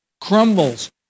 crumbles